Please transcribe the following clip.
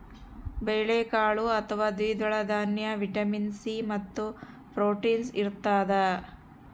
ಬೇಳೆಕಾಳು ಅಥವಾ ದ್ವಿದಳ ದಾನ್ಯ ವಿಟಮಿನ್ ಸಿ ಮತ್ತು ಪ್ರೋಟೀನ್ಸ್ ಇರತಾದ